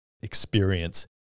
experience